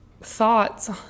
thoughts